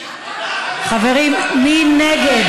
חברים, מי נגד?